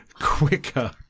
quicker